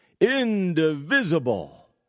indivisible